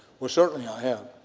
well certainly i have,